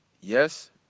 yes